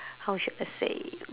how should I say it